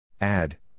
add